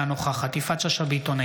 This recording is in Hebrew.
אינה נוכחת יפעת שאשא ביטון,